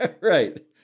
Right